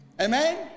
Amen